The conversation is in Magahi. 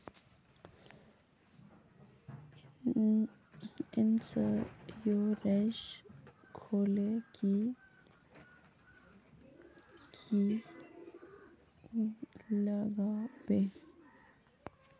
इंश्योरेंस खोले की की लगाबे?